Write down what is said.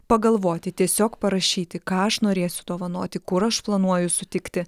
pagalvoti tiesiog parašyti ką aš norėsiu dovanoti kur aš planuoju sutikti